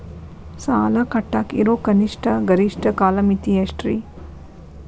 ಸಾಲ ಕಟ್ಟಾಕ ಇರೋ ಕನಿಷ್ಟ, ಗರಿಷ್ಠ ಕಾಲಮಿತಿ ಎಷ್ಟ್ರಿ?